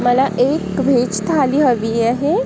मला एक व्हेज थाळी हवी आहे